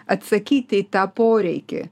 atsakyti į tą poreikį